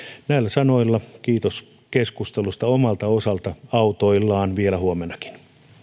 näillä sanoilla kiitos keskustelusta omalta osaltani autoillaan vielä huomennakin